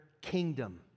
kingdom